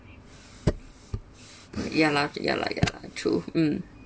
ya lah ya lah ya lah true mm